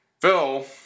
Phil